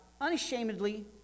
unashamedly